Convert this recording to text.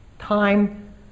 time